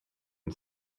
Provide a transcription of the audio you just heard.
and